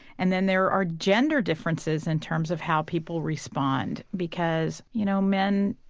and then there are gender differences in terms of how people respond because you know men,